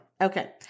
Okay